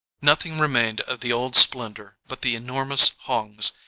nothing remained of the old splendour but the enormous hongs,